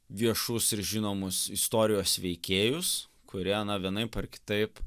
viešus ir žinomus istorijos veikėjus kurie na vienaip ar kitaip